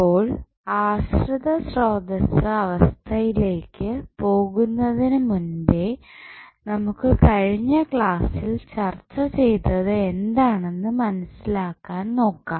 അപ്പോൾ ആശ്രിത സ്രോതസ്സ് അവസ്ഥയിലേക്ക് പോകുന്നതിനു മുൻപേ നമുക്ക് കഴിഞ്ഞ ക്ലാസ്സിൽ ചർച്ച ചെയ്തത് എന്താണെന്ന് മനസ്സിലാക്കാൻ നോക്കാം